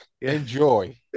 Enjoy